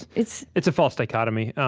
it's it's a false dichotomy.